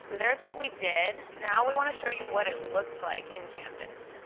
so there's what we did. now we want to show you what it looked like in canvas.